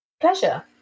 Pleasure